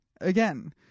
Again